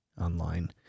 online